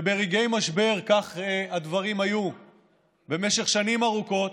וברגעי משבר כך הדברים היו במשך שנים ארוכות,